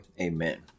Amen